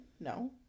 No